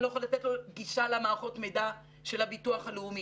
אני לא יכול לתת לו גישה למערכות מידע של הביטוח הלאומי.